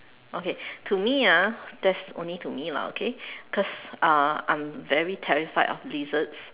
okay to me ah that's only to me lah okay cause uh I'm very terrified of lizards